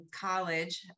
college